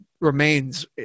remains